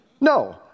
No